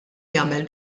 jagħmel